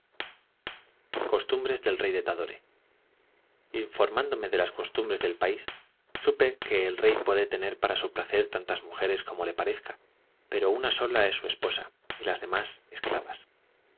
costumbres del rey de tadore informándome de las costumbres del país supe que el rey puede tener para su placer tantas mujeres como le parezca pero una sola es su esposa y las demás esclavas